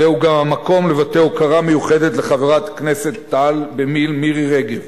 זהו גם המקום לבטא הוקרה מיוחדת לחברת הכנסת תת-אלוף במילואים מירי רגב,